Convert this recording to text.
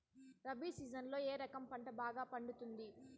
రబి సీజన్లలో ఏ రకం పంట బాగా పండుతుంది